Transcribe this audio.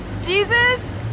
Jesus